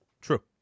True